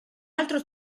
altro